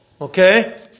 Okay